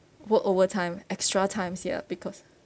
work overtime extra times ya because